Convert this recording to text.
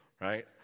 right